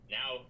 now